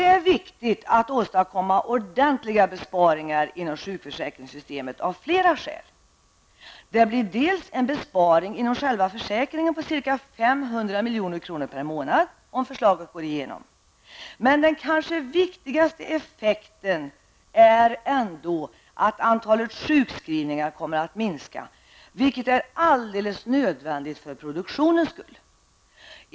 Det är av flera skäl viktigt att åstadkomma ordentliga besparingar inom sjukförsäkringssystemet. Om förslaget går igenom blir det en besparing inom sjukförsäkringen på ca 500 milj.kr. per månad. Den kanske viktigaste effekten är ändå att antalet sjukskrivningar kommer att minska, vilket är alldeles nödvändigt för produktionens skull.